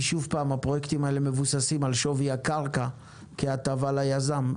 כי שוב פעם הפרויקטים האלה מבוססים על שווי הקרקע כהטבה ליזם,